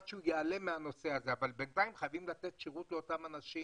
עד שהמכשיר הזה ייעלם אבל בינתיים חייבים לתת שירות לאותם אנשים